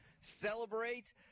celebrate